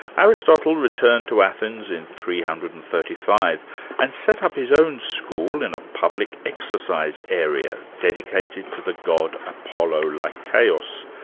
aristotle returned to athens in three hundred and thirty five and set up his own school in a public exercise area dedicated to the god apollo lykeios,